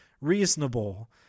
reasonable